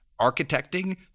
architecting